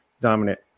dominant